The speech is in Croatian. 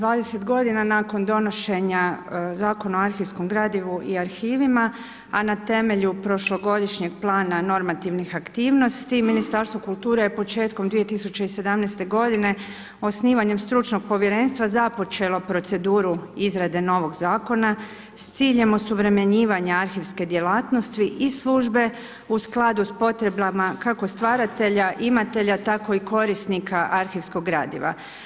20 godina nakon donošenja Zakona o arhivskom gradivu i arhivima, a na temelju prošlogodišnjeg plana normativnih aktivnosti Ministarstvo kulture je početkom 2017. godine osnivanjem stručnog povjerenstva započelo proceduru izrade novog zakona s ciljem osuvremenjivanja arhivske djelatnosti i službe u skladu sa potrebama kako stvaratelja imatelja, tako i korisnika arhivskog gradiva.